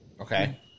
Okay